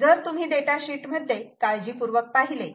जर तुम्ही data sheet मध्ये काळजीपूर्वक पाहिले